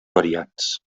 variants